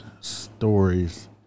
stories